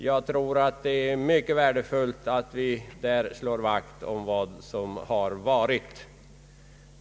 Jag tror att det är mycket värdefullt att vi på denna punkt slår vakt om det som har varit.